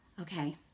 Okay